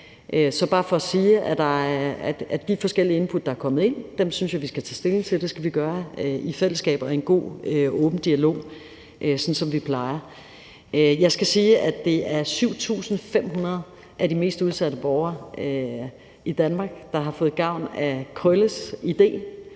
er bare for at sige, at de forskellige input, der er kommet ind, synes jeg vi skal tage stilling til, og det skal vi gøre i fællesskab og i en god og åben dialog, sådan som vi plejer. Jeg skal sige, at det er 7.500 af de mest udsatte borgere i Danmark, der har fået gavn af Krølles idé.